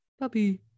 Puppy